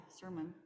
sermon